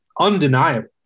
undeniable